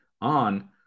on